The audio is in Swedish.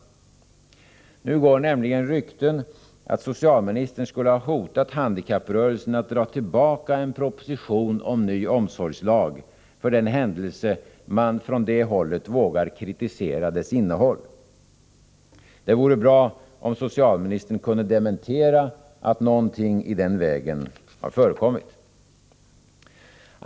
Nu går nämligen rykten om att socialministern skulle ha hotat handikapprörelsen att dra tillbaka en proposition om ny omsorgslag för den händelse man från det hållet vågar kritisera dess innehåll. Det vore bra om socialministern kunde dementera att någonting i den vägen har förekommit.